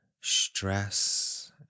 stress